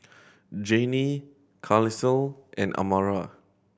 Jannie Carlisle and Amara